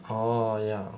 hor ya